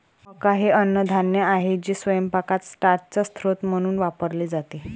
मका हे अन्नधान्य आहे जे स्वयंपाकात स्टार्चचा स्रोत म्हणून वापरले जाते